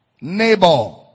Neighbor